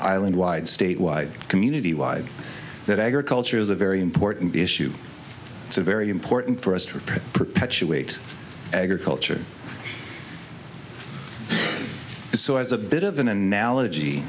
island wide state wide community wide that agriculture is a very important issue it's a very important for us to perpetuate agriculture so as a bit of an analogy